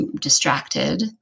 distracted